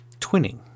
twinning